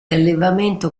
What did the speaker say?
allevamento